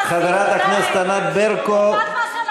כל פעם שאת נכנסת לדברים, את מדברת שטויות.